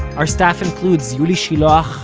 our staff includes yuli shiloach,